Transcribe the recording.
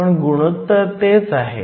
पण गुणोत्तर तेच आहे